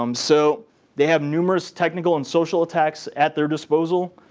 um so they have numerous technical and social attacks at their disposal.